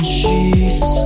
sheets